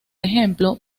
ejemplo